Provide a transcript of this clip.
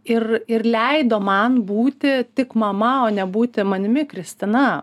ir ir leido man būti tik mama o nebūti manimi kristina